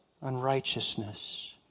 unrighteousness